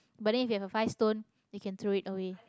but then if you have a five stone you can throw it away